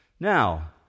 Now